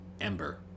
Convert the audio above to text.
Ember